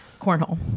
cornhole